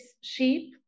sheep